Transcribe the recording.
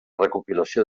recopilació